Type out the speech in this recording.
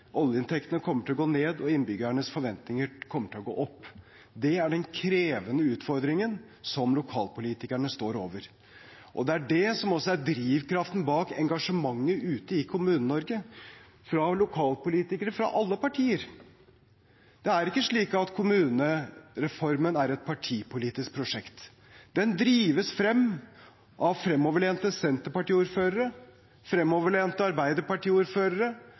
oljeinntektene kommer til å gå ned, og innbyggernes forventninger kommer til å gå opp. Det er den krevende utfordringen som lokalpolitikerne står overfor. Det er det som også er drivkraften bak engasjementet ute i Kommune-Norge, fra lokalpolitikere fra alle partier. Det er ikke slik at kommunereformen er et partipolitisk prosjekt. Den drives frem av fremoverlente